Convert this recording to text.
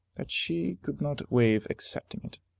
that she could not waive accepting it,